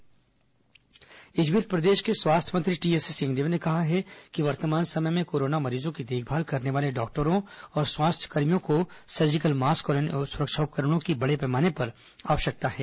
corona Singhdeo इस बीच प्रदेश के स्वास्थ्य मंत्री टीएस सिंहदेव ने कहा है कि वर्तमान समय में कोरोना मरीजों की देखभाल करने वाले डॉक्टरों और स्वास्थ्यकर्मियों को सर्जिकल मास्क और अन्य सुरक्षा उपकरणों की बड़े पैमाने पर आवश्यकता है